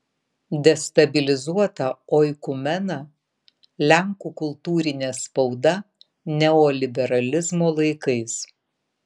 destabilizuota oikumena lenkų kultūrinė spauda neoliberalizmo laikais